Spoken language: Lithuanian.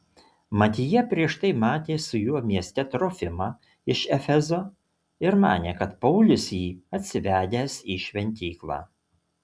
mat jie prieš tai matė su juo mieste trofimą iš efezo ir manė kad paulius jį atsivedęs į šventyklą